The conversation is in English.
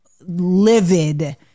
livid